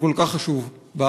שהוא כל כך חשוב בארץ.